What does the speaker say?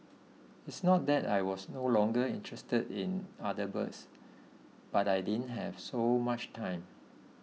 it's not that I was no longer interested in other birds but I didn't have so much time